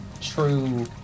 True